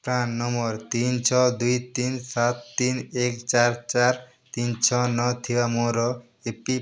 PRAN number ତିନି ଛଅ ଦୁଇ ତିନି ସାତ ତିନି ଏକ ଚାରି ଚାରି ତିନି ଛଅ ନଅ ଥିବା ମୋ ଏ ପି ୱାଇ ଖାତାରେ ରହିଥିବା ସମୁଦାୟ ସ୍ୱତ୍ୱାଧିକାର ରାଶିର ପରିମାଣ କେତେ